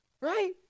Right